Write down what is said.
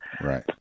Right